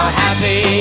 happy